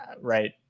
right